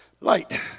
light